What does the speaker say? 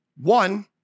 One